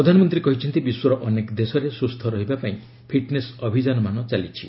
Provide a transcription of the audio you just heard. ପ୍ରଧାନମନ୍ତ୍ରୀ କହିଛନ୍ତି ବିଶ୍ୱର ଅନେକ ଦେଶରେ ସୁସ୍ଥ ରହିବା ପାଇଁ ଫିଟ୍ନେସ୍ ଅଭିଯାନମାନ ଚାଲିଛି